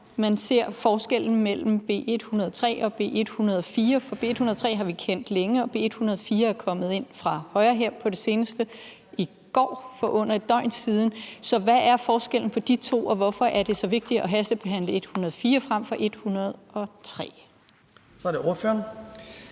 han ser som forskellen på B 103 og B 104? For B 103 har vi kendt længe, men B 104 er kommet ind fra højre her på det seneste, nemlig i går, altså for under et døgn siden. Så hvad er forskellen på de to forslag, og hvorfor er det så vigtigt at hastebehandle B 104 frem for B 103? Kl. 10:18 Den